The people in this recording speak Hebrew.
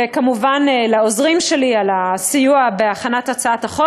וכמובן לעוזרים שלי, על הסיוע בהכנת החוק.